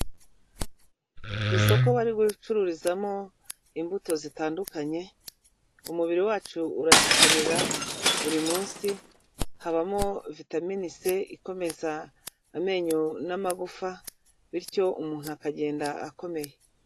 Isoko bari gucururizamo imbuto zitandukanye, umubiri wacu urazikenera buri munsi, habamo vitamin C ikomeza amenyo n'amagufa bityo umuntu akagenda akomeye.